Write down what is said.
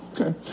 Okay